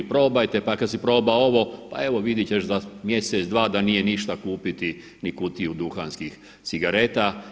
Probajte, pa kad se proba ovo, pa evo vidjet ćeš za mjesec, dva da nije ništa kupiti ni kutiju duhanskih cigareta.